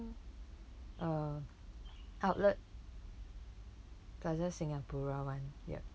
uh outlet plaza singapura [one] yup